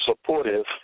supportive